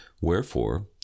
wherefore